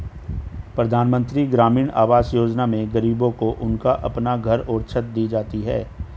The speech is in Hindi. प्रधानमंत्री ग्रामीण आवास योजना में गरीबों को उनका अपना घर और छत दी जाती है